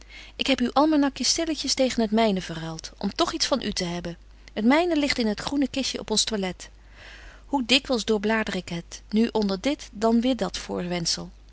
ik heb uw almanakje stilletjes tegen het myne verruilt om toch iets van u te hebben het myne ligt in het groene kistje op ons toilet hoe dikwyls doorblader ik het betje wolff en aagje deken historie van mejuffrouw sara burgerhart nu onder dit dan weêr dat